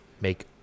make